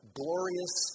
glorious